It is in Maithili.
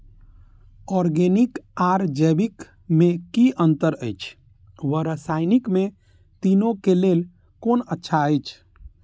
ऑरगेनिक आर जैविक में कि अंतर अछि व रसायनिक में तीनो क लेल कोन अच्छा अछि?